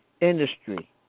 industry